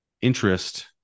interest